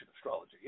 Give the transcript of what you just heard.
astrology